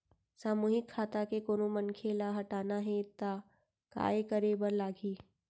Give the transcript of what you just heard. सामूहिक खाता के कोनो मनखे ला हटाना हे ता काय करे बर लागही?